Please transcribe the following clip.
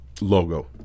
Logo